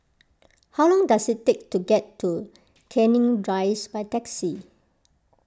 how long does it take to get to Canning Rise by taxi